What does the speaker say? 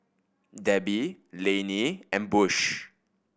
Debby Lainey and Bush